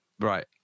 Right